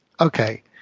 Okay